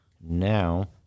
Now